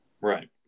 Right